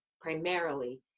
primarily